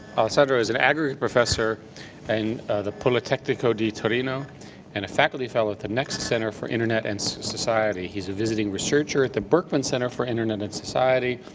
alessandro is an aggregate professor at and the politecnico di torino and a faculty fellow at the next center for internet and society. he's a visiting researcher at the berkman center for internet and society,